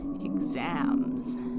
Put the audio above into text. exams